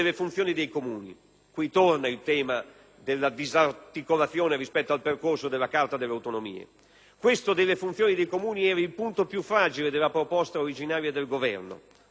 Qui torna il tema della disarticolazione rispetto al percorso della Carta delle autonomie. Questo delle funzioni dei Comuni era il punto più fragile della proposta originaria del Governo proprio perché troppo indeterminata.